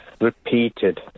repeated